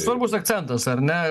svarbus akcentas ar ne